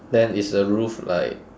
then is the roof like